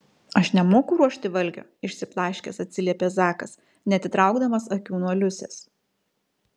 aš nemoku ruošti valgio išsiblaškęs atsiliepė zakas neatitraukdamas akių nuo liusės